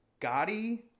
Gotti